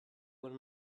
when